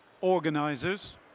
organisers